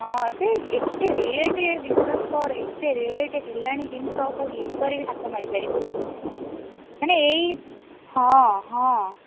ହଁ ସେଇ ଏତେ ରେଟ୍ ବିଶ୍ଵାସ କରେ ଏତେ ରେଟ୍ ହେଲାଣି ଜିନିଷ କେଉଁ ଜିନିଷରେ ବି ହାତ ମାରି ପାରିବୁନି ମାନେ ଏଇ ହଁ ହଁ